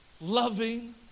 loving